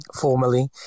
formally